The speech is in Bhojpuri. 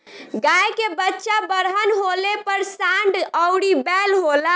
गाय के बच्चा बड़हन होले पर सांड अउरी बैल होला